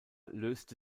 löste